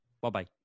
Bye-bye